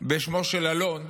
בשמו של אלון,